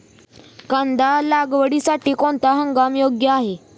कांदा लागवडीसाठी कोणता हंगाम योग्य आहे?